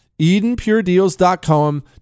EdenPureDeals.com